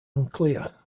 unclear